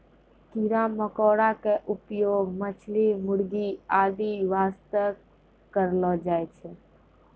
कीड़ा मकोड़ा के उपयोग मछली, मुर्गी आदि वास्तॅ करलो जाय छै